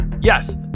Yes